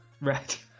right